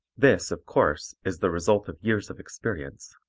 this, of course, is the result of years of experience,